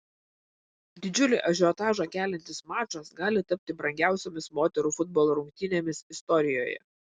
didžiulį ažiotažą keliantis mačas gali tapti brangiausiomis moterų futbolo rungtynėmis istorijoje